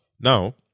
Now